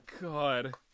God